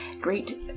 great